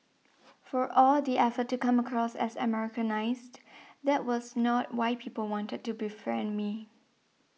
for all the effort to come across as Americanised that was not why people wanted to befriend me